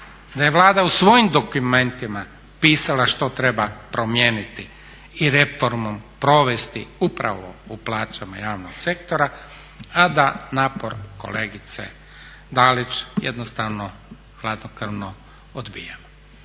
da je Vlada u svojim dokumentima pisala što treba promijeniti i reformom provesti upravo u plaćama javnog sektora a da napor kolegice Dalić jednostavno hladnokrvno odbija?